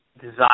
desire